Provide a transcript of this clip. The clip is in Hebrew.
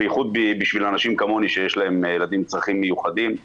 בייחוד בשביל אנשים כמוני שיש להם ילדים עם צרכים מיוחדים.